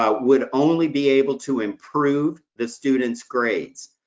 ah would only be able to improve the student's grades.